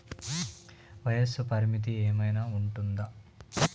వయస్సు పరిమితి ఏమైనా ఉంటుందా?